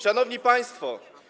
Szanowni Państwo!